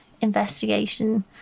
investigation